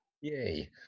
yay